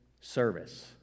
service